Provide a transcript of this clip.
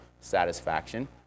satisfaction